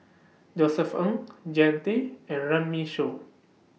Josef Ng Jean Tay and Runme Shaw